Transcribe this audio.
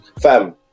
fam